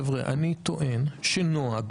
חבר'ה, אני טוען שנוהג